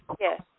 Yes